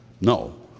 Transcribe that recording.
No